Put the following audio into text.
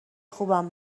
خوبم